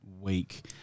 week